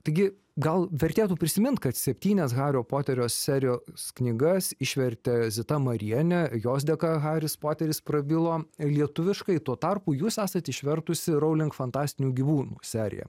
taigi gal vertėtų prisimint kad septynias hario poterio serijos knygas išvertė zita marienė jos dėka haris poteris prabilo lietuviškai tuo tarpu jūs esat išvertusi rowling fantastinių gyvūnų seriją